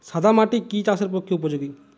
সাদা মাটি কি চাষের পক্ষে উপযোগী?